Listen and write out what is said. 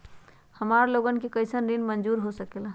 हमार लोगन के कइसन ऋण मंजूर हो सकेला?